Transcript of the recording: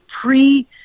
pre